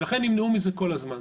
ולכן נמנעו מזה כל הזמן.